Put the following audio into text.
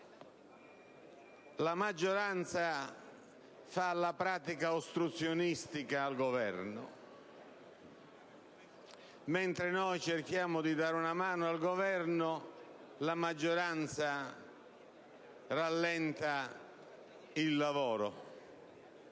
la maggioranza fa la pratica ostruzionistica al Governo: mentre noi cerchiamo di dare una mano al Governo, la maggioranza rallenta il lavoro.